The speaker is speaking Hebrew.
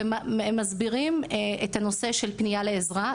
מסבירים את הנושא של פניה לעזרה,